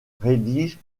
rédige